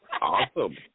Awesome